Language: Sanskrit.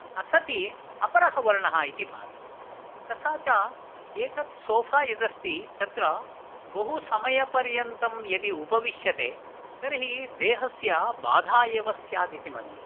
असति अपरः वर्णः इति भाति तथा च एतत् सोफ़ा एदस्ति तत्र बहु समय पर्यन्तं यदि उपविश्यते तर्हि देहस्य बाधा एव स्यादिति मन्ये